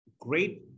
great